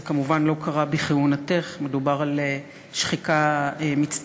זה כמובן לא קרה בכהונתךְ, מדובר על שחיקה מצטברת.